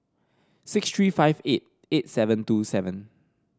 six three five eight eight seven two seven